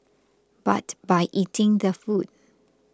but by eating the food